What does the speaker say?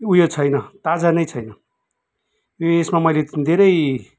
उयो छैन ताजा नै छैन यो यसमा मैले धेरै